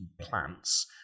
plants